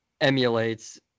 emulates